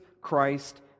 Christ